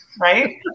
Right